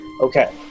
Okay